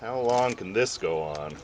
how long can this go on